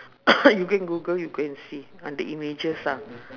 you go and google you can see ah the images ah